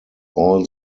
all